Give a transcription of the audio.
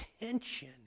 tension